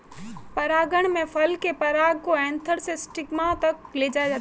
परागण में फल के पराग को एंथर से स्टिग्मा तक ले जाया जाता है